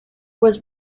was